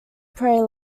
pray